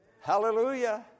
Hallelujah